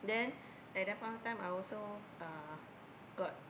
then at that point of time I also uh